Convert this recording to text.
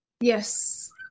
Yes